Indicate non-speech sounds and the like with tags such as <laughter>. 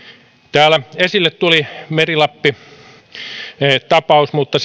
täällä esille tuli meri lappi tapaus mutta <unintelligible>